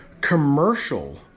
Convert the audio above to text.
Commercial